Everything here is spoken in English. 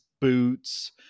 boots